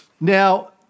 Now